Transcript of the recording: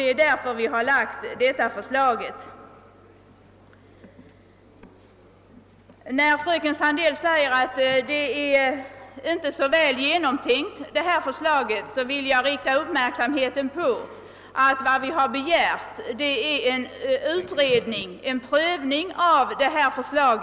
Det är därför vi lagt fram vårt förslag. Med anledning av att fröken Sandell framhåller att vårt förslag inte är så väl genomtänkt vill jag fästa uppmärksamheten på att vad vi begärt är en utredning, som skall pröva vårt förslag.